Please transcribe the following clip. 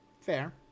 Fair